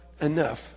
enough